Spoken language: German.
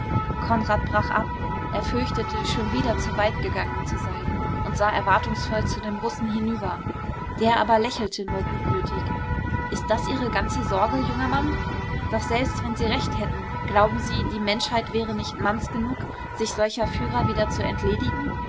konrad brach ab er fürchtete schon wieder zu weit gegangen zu sein und sah erwartungsvoll zu dem russen hinüber der aber lächelte nur gutmütig ist das ihre ganze sorge junger mann doch selbst wenn sie recht hätten glauben sie die menschheit wäre nicht manns genug sich solcher führer wieder zu entledigen